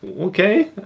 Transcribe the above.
okay